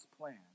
plan